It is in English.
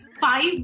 five